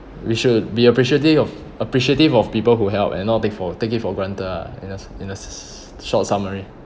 you should be appreciative of appreciative of people who help and not take for take it for granted ah in a in a short summary